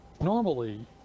normally